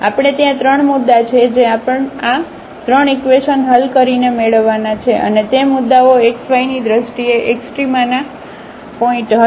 આપણે ત્યાં ત્રણ મુદ્દા છે જે આપણે આ 3 ઇકવેશન હલ કરીને મેળવવાના છે અને તે મુદ્દાઓ xyની દ્રષ્ટિએ એક્સ્ટ્રામાના પોઇન્ટ હશે